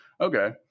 Okay